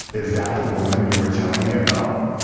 is that the woman you were telling me about,